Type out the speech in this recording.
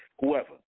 whoever